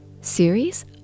series